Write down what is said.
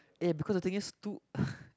eh because the thing is too